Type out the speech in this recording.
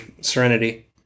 Serenity